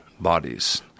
bodies